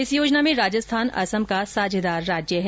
इस योजना में राजस्थान असम का साझेदार राज्य है